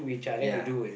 ya